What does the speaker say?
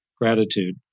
gratitude